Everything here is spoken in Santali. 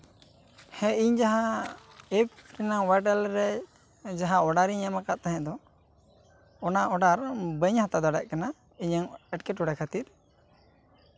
ᱦᱮᱸ ᱤᱧ ᱡᱟᱦᱟᱸ ᱮᱯᱷ ᱳᱣᱟᱰᱟᱞᱨᱮ ᱡᱟᱦᱟᱸ ᱚᱰᱟᱨ ᱤᱧ ᱮᱢ ᱟᱠᱟᱜ ᱛᱟᱦᱮᱸ ᱫᱚ ᱚᱱᱟ ᱚᱰᱟᱨ ᱵᱟᱹᱧ ᱦᱟᱛᱟᱣ ᱫᱟᱲᱮᱜ ᱠᱟᱱᱟ ᱤᱧᱟᱹᱝ ᱮᱸᱴᱠᱮᱴᱚᱲᱮ ᱠᱷᱟᱹᱛᱤᱨ